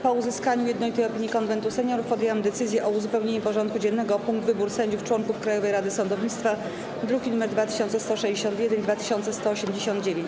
Po uzyskaniu jednolitej opinii Konwentu Seniorów podjęłam decyzję o uzupełnieniu porządku dziennego o punkt: Wybór sędziów - członków Krajowej Rady Sądownictwa, druki nr 2161 i 2189.